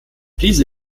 diese